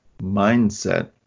mindset